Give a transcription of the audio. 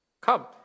Come